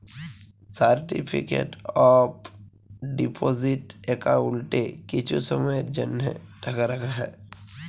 certificate of deposit একাউল্টে কিছু সময়ের জ্যনহে টাকা রাখা হ্যয়